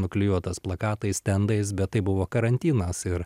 nuklijuotas plakatais stendais bet tai buvo karantinas ir